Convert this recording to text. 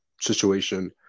situation